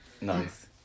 Nice